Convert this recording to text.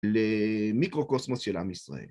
‫למיקרו-קוסמוס של עם ישראל.